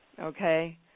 Okay